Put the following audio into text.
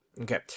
Okay